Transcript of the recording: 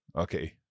Okay